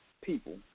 People